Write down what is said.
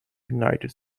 united